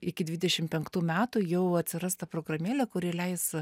iki dvidešim penktų metų jau atsiras ta programėlė kuri leis